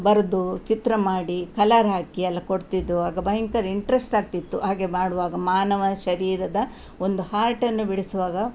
ಬರೆದು ಚಿತ್ರ ಮಾಡಿ ಕಲರ್ ಹಾಕಿ ಎಲ್ಲ ಕೊಡ್ತಿದ್ದೆವು ಆಗ ಭಯಂಕರ ಇಂಟ್ರೆಸ್ಟ್ ಆಗ್ತಿತ್ತು ಹಾಗೆ ಮಾಡುವಾಗ ಮಾನವ ಶರೀರದ ಒಂದು ಹಾರ್ಟನ್ನು ಬಿಡಿಸುವಾಗ